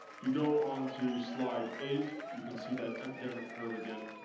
if you go on to slide eight, you can see that epidemic curve again